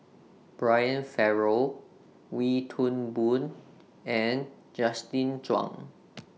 Brian Farrell Wee Toon Boon and Justin Zhuang